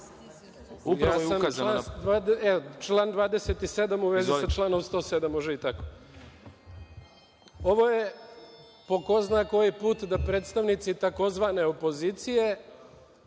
na 107.Član 27. u vezi sa članom 107, može i tako. Ovo je po ko zna koji put da predstavnici tzv. opozicije